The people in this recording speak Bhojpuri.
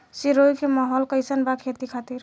सिरोही के माहौल कईसन बा खेती खातिर?